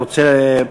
אתה רוצה?